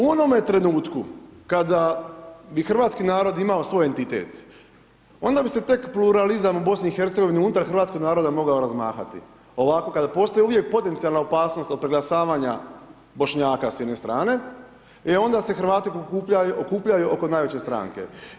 U onome trenutku kada bi hrvatski narod imao svoj entitet, onda bi se tek pluralizam u Bosni i Hercegovini unutar hrvatskog naroda mogao razmahati, ovako kada postoji uvijek potencijalna opasnost od preglasavanja Bošnjaka s jedne strane, e onda se Hrvati okupljaju oko najveće stranke.